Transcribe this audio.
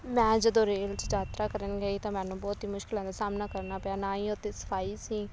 ਮੈਂ ਜਦੋਂ ਰੇਲ 'ਚ ਯਾਤਰਾ ਕਰਨ ਗਈ ਤਾਂ ਮੈਨੂੰ ਬਹੁਤ ਹੀ ਮੁਸ਼ਕਿਲਾਂ ਦਾ ਸਾਹਮਣਾ ਕਰਨਾ ਪਿਆ ਨਾ ਹੀ ਉੱਥੇ ਸਫਾਈ ਸੀ